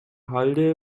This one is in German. halde